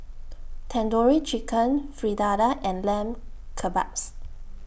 Tandoori Chicken Fritada and Lamb Kebabs